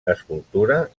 escultura